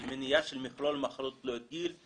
של מניעה של מכלול מחלות גיל,